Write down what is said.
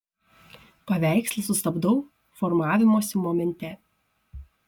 paveikslą sustabdau formavimosi momente